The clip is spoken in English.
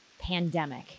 pandemic